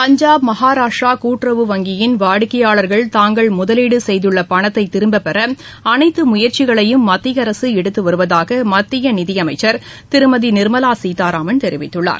பஞ்சாப் மகாராஷ்ரா கூட்டுறவு வங்கியின் வாடிக்கையாளர்கள் தாங்கள் முதலிடு செய்துள்ள பணத்தை திரும்பப்பெற அனைத்து முயற்சிகளையும் மத்திய அரசு எடுத்து வருவதாக மத்திய நிதி அமைச்ச் திருமதி நிர்மலா சீதாராமன் தெரிவித்துள்ளார்